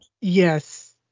yes